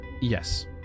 Yes